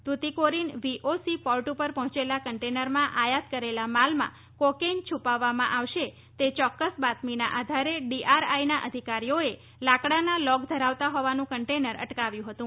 Tuticorin V O C port પર પહોંચેલા કન્ટેનરમાં આયાત કરે લા માલમાં કોકેઈન છુપાવવામાં આવશે તે ચોક્કસ બાતમીના આધારે ડીઆરઆઈના અધિકારીઓએ લાકડાના લોગ ધરાવતા હોવાનું કન્ટેનર અટકાવ્યું હતું